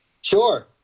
Sure